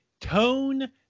tone